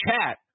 chat